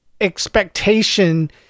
expectation